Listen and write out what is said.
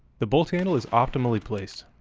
the bolt handle is optimally placed,